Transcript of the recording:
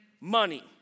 money